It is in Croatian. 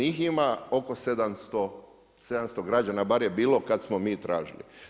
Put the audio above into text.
Njih ima oko 700 građana, bar je bilo kad smo mi tražili.